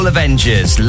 Avengers